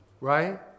Right